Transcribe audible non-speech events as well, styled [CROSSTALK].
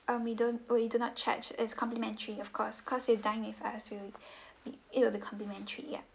um we don't oh we do not charge it's complimentary of course cause you dine with us we'll [BREATH] it it'll be complimentary ya